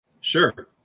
Sure